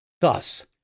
Thus